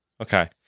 Okay